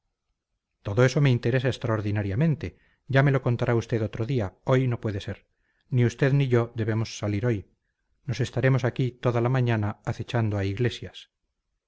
todo eso me interesa extraordinariamente ya me lo contará usted otro día hoy no puede ser ni usted ni yo debemos salir hoy nos estaremos aquí toda la mañana acechando a iglesias